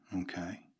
okay